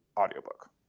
audiobook